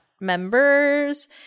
members